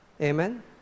Amen